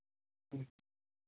ᱦᱩᱸ